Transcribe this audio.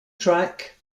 track